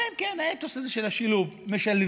זה, אם כן, האתוס הזה של השילוב: משלבים.